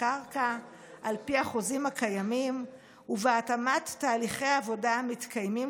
הקרקע על פי החוזים הקיימים ובהתאמת תהליכי העבודה המתקיימים